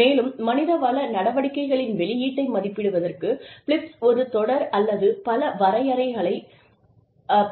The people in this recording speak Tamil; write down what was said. மேலும் மனிதவள நடவடிக்கைகளின் வெளியீட்டை மதிப்பிடுவதற்கு பிலிப்ஸ் ஒரு தொடர் அல்லது பல வரைகூறுகளை